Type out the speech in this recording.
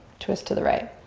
twist to the right.